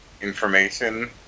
information